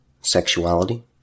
sexuality